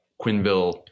Quinville